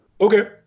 okay